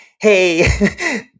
hey